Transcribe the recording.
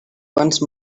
once